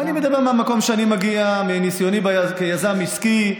אני מדבר מהמקום שאני מגיע מניסיוני כיזם עסקי,